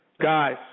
guys